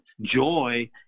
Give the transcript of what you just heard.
joy